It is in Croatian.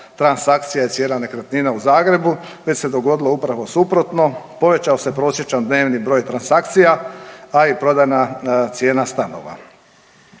transakcija i cijena nekretnina u Zagrebu već se dogodilo upravo suprotno. Povećao se dnevni broj transakcija, a i prodajna cijena stanova.